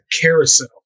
carousel